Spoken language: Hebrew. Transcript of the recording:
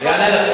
אני אענה לך.